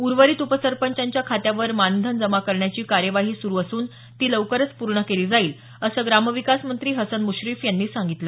उर्वरित उपसरपंचांच्या खात्यावर मानधन जमा करण्याची कार्यवाही सुरु असून ती लवकरच पूर्ण केली जाईल असं ग्रामविकास मंत्री हसन मुश्रीफ यांनी सांगितलं